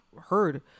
heard